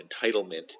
entitlement